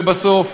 ובסוף,